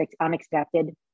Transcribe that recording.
unexpected